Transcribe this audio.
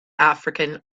african